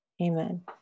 amen